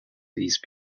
these